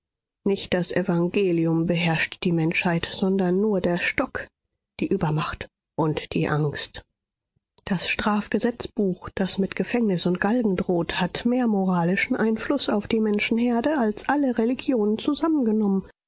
nicht das evangelium beherrscht die menschheit sondern nur der stock die übermacht und die angst das strafgesetzbuch das mit gefängnis und galgen droht hat mehr moralischen einfluß auf die menschenherde als alle religionen zusammengenommen